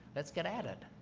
let's get at it.